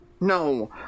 no